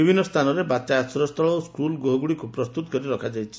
ବିଭିନ୍ନ ସ୍ତାନରେ ବାତ୍ୟା ଆଶ୍ରୟସ୍ତଳ ଓ ସ୍କୁଲ ଗୃହଗୁଡ଼ିକୁ ପ୍ରସ୍ତୁତ କରି ରଖାଯାଇଛି